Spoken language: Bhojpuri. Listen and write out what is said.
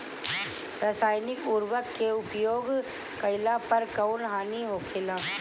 रसायनिक उर्वरक के उपयोग कइला पर कउन हानि होखेला?